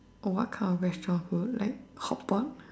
oh what kind of restaurant food like hot pot